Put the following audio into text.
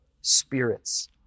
spirits